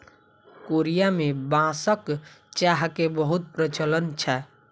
Korea में बांसक चाह के बहुत प्रचलन छै